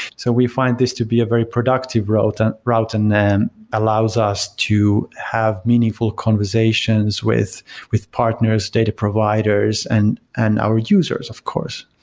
so we find this to be a very productive route and route and then allows us to have meaningful conversations with with partners, data providers and and our users, of course.